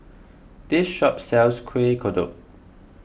this shop sells Kueh Kodok